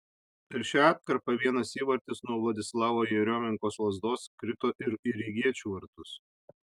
per šią atkarpą vienas įvartis nuo vladislavo jeriomenkos lazdos krito ir į rygiečių vartus